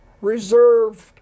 reserved